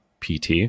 PT